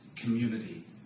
community